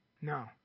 No